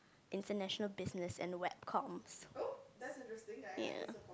International Business and Web Comms